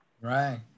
Right